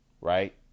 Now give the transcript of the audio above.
right